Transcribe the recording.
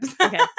okay